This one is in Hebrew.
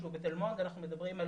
בתל מונד אנחנו מדברים על